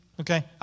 Okay